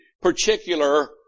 particular